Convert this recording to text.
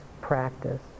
practice